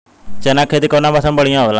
चना के खेती कउना मौसम मे बढ़ियां होला?